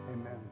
amen